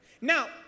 now